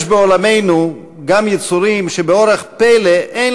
יש בעולמנו גם יצורים שבאורח פלא אין